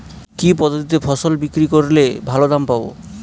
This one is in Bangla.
কি পদ্ধতিতে ফসল বিক্রি করলে ভালো দাম পাব?